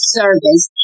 service